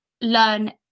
learn